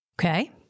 Okay